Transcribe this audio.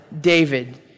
David